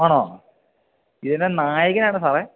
ആണോ ഏതാണ് നായകനാണോ സാറേ